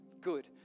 good